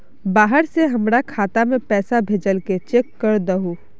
बाहर से हमरा खाता में पैसा भेजलके चेक कर दहु?